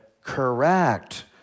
correct